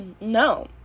No